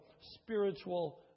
spiritual